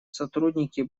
сотрудники